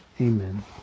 amen